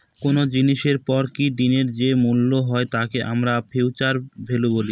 কোনো জিনিসের পরে কি দিনের যে মূল্য হয় তাকে আমরা ফিউচার ভ্যালু বলি